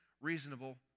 reasonable